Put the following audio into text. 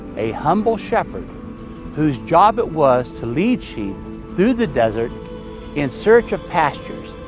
a humble shepherd whose job it was to lead sheep through the desert in search of pastures,